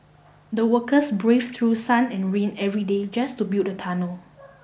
the workers braved through sun and rain every day just to build the tunnel